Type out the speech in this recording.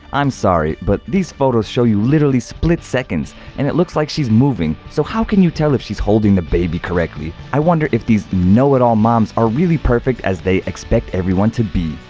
i'm sorry but these photos show you literally split seconds and it looks like she's moving so how can you tell if she's holding the baby correctly? i wonder if these know-it-all moms are really as perfect as they expect everyone to be.